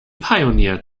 pioneered